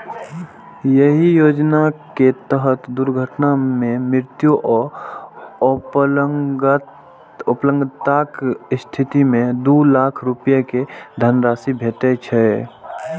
एहि योजनाक तहत दुर्घटना मे मृत्यु आ अपंगताक स्थिति मे दू लाख रुपैया के धनराशि भेटै छै